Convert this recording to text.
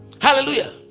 Hallelujah